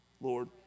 Lord